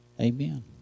Amen